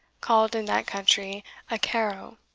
called in that country a carrow,